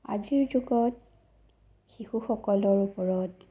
আজিৰ যুগত শিশুসকলৰ ওপৰত